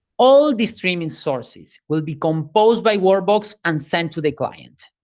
all the streaming sources will be composed by workbox and sent to the client.